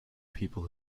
people